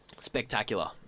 Spectacular